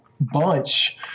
bunch